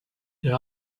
there